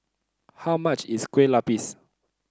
how much is Kueh Lupis